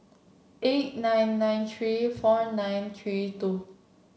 eight nine nine three four nine three two